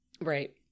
Right